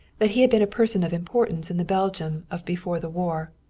that he had been a person of importance in the belgium of before the war.